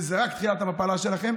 וזה רק תחילת המפלה שלכם,